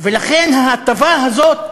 ולכן ההטבה הזאת,